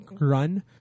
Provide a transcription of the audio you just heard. run